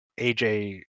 AJ